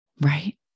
Right